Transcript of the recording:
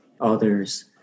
others